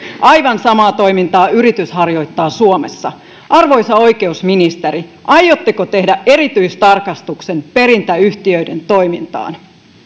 aivan samaa toimintaa yritys harjoittaa suomessa arvoisa oikeusministeri aiotteko tehdä erityistarkastuksen perintäyhtiöiden toimintaan